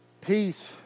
peace